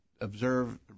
observe